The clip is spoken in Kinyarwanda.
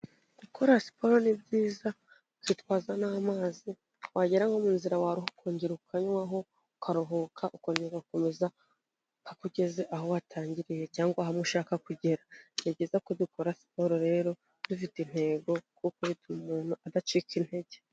Gukora siporo ni byiza, ukitwaza n'amazi, wagera nko mu nzira waruha ukongera ukanywaho, ukaruhuka ukongera ugakomeza, paka ugeze aho watangiriye cyangwa hamwe ushaka kugera. Ni byiza ko dukora siporo rero, dufite intego, kuko bituma umuntu adacika intege.